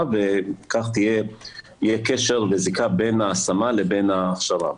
וכך יהיה קשר וזיקה בין ההכשרה להשמה.